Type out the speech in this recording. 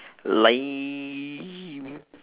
lame